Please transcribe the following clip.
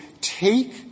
take